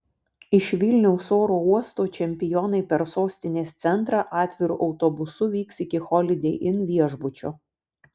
iš vilniaus oro uosto čempionai per sostinės centrą atviru autobusu vyks iki holidei inn viešbučio